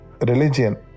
religion